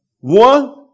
One